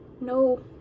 no